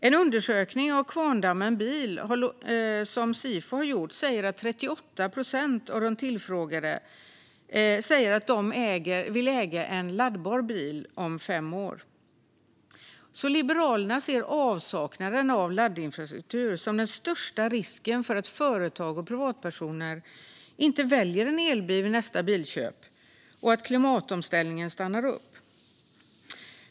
En undersökning som Kvarndammen bil har låtit Sifo göra visar att 38 procent av de tillfrågade säger att de vill äga en laddbar bil om fem år. Liberalerna ser därför avsaknaden av laddinfrastruktur som den största risken för att företag och privatpersoner inte väljer en elbil vid nästa bilköp och att klimatomställningen stannar upp.